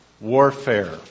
warfare